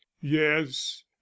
yes